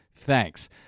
Thanks